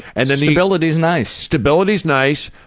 and stability's nice. stability's nice.